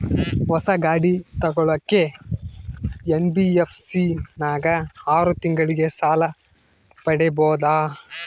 ಹೊಸ ಗಾಡಿ ತೋಗೊಳಕ್ಕೆ ಎನ್.ಬಿ.ಎಫ್.ಸಿ ನಾಗ ಆರು ತಿಂಗಳಿಗೆ ಸಾಲ ಪಡೇಬೋದ?